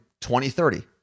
2030